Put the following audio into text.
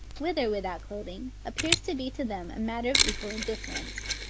with or without clothing, appears to be to them a matter of equal indifference,